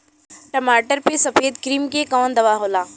टमाटर पे सफेद क्रीमी के कवन दवा होला?